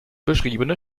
beschriebene